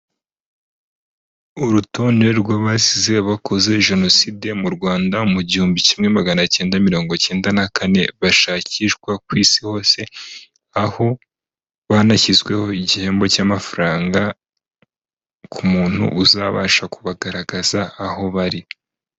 Urutonde rw'abasize bakoze jenoside mu Rwanda mu gihumbi kimwe magana cyenda mirongo cyenda na kane bashakishwa ku isi hose, aho banashyizweho igihembo cy'amafaranga ku muntu uzabasha kubagaragaza aho bari.